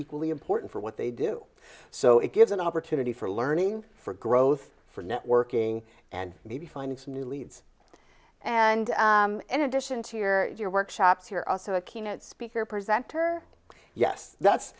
equally important for what they do so it gives an opportunity for learning for growth for networking and maybe finding some new leads and in addition to your your workshops here also a keynote speaker presenter yes that's